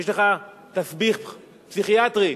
יש לך תסביך פסיכיאטרי,